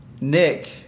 Nick